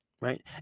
right